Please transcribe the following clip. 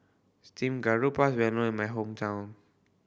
steamed garoupa is well known in my hometown